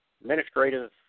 administrative